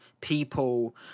people